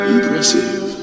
Impressive